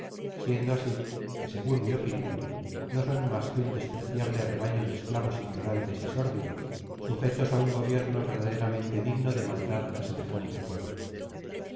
siendo asi que segun mi opinion no son mas que un despreciable rebaño de esclavos ignorantes y sórdidos sujetos á un gobierno verdaderamente digno de mandar á semejante pueblo